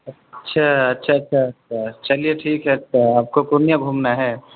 اچھا اچھا اچھا اچھا چلیے ٹھیک ہے تو آپ کو پورنیہ گھومنا ہے